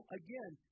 again